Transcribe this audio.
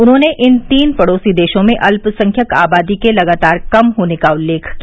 उन्होंने इन तीन पड़ोसी देशों में अल्पसंख्यक आबादी के लगातार कम होने का उल्लेख किया